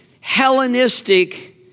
Hellenistic